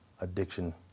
addiction